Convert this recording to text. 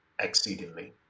exceedingly